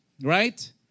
Right